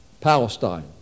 Palestine